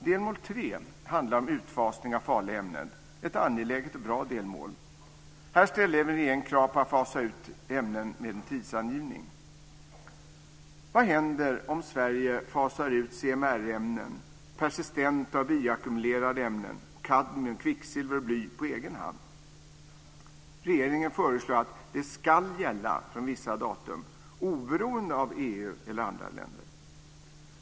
Delmål 3 handlar om utfasning av farliga ämnen. Det är ett angeläget och bra delmål. Här ställer även regeringen krav på att fasa ut ämnen med en tidsangivning. Vad händer om Sverige fasar ut CMR-ämnen, persistenta och bioackumulerade ämnen, kadmium, kvicksilver och bly på egen hand? Regeringen föreslår ju att det ska gälla från vissa datum, oberoende av EU eller andra länder.